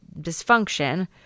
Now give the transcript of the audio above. dysfunction